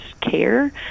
care